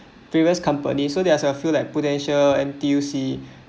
previous companies so there's a few like prudential N_T_U_C